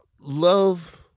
Love